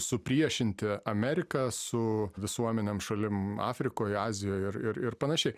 supriešinti ameriką su visuomenėm šalim afrikoj azijoj ir ir ir panašiai